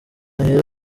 ahera